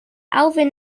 alvin